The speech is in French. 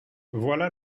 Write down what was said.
voilà